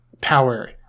power